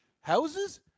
Houses